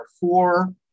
four